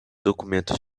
documentos